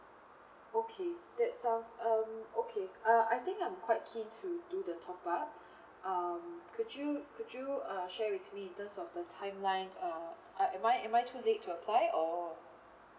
okay that sounds um okay uh I think I'm quite keen to do the top up um could you could you uh share with me in terms of the timelines uh uh am I am I too late to apply or